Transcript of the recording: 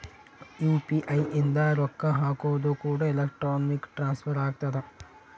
UPI ಇಂದ ರೊಕ್ಕ ಹಕೋದು ಕೂಡ ಎಲೆಕ್ಟ್ರಾನಿಕ್ ಟ್ರಾನ್ಸ್ಫರ್ ಆಗ್ತದ